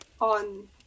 on